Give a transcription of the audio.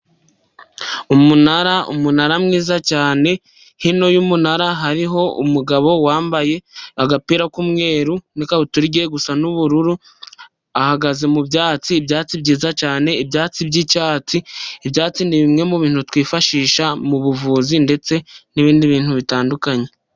Umunara, umunara mwiza cyane, hino y'umunara hariho umugabo wambaye agapira k'umweru n'ikabutura igiye gusa n'ubururu, ahagaze mu byatsi, ibyatsi byiza cyane, ibyatsi by'icyatsi. Ibyatsi ni bimwe mu bintu twifashisha mu buvuzi ndetse n'ibindi bintu bitandukanye.